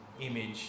image